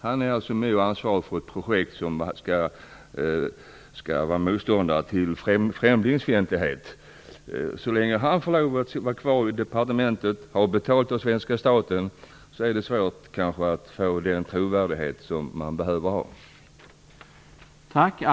Han är nu ansvarig för ett projekt som skall vara motståndare till främlingsfientlighet. Så länge han får vara kvar på departementet och ha betalt av svenska staten är det kanske svårt att få den trovärdighet som man behöver ha.